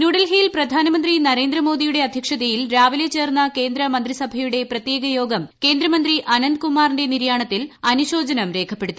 ന്യൂഡ്ർഹിയിൽ പ്രധാനമന്ത്രി നരേന്ദ്രമോദിയുടെ അദ്ധ്യക്ഷതയിൽ രാവിലെ ചേർന്ന കേന്ദ്ര മന്ത്രിസഭയുടെ പ്രത്യേകയോഗ്ക് ക്യേന്ദ്രമന്ത്രി അനന്ത് കുമാറിന്റെ നിര്യാണത്തിൽ അനുശ്ശോച്ചനം രേഖപ്പെടുത്തി